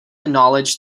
acknowledged